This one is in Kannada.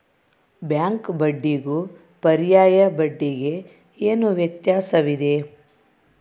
ಬ್ಯಾಂಕ್ ಬಡ್ಡಿಗೂ ಪರ್ಯಾಯ ಬಡ್ಡಿಗೆ ಏನು ವ್ಯತ್ಯಾಸವಿದೆ?